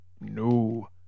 no